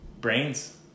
brains